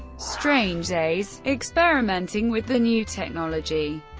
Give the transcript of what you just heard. strange days, experimenting with the new technology,